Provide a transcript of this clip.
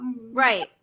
Right